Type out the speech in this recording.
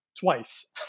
twice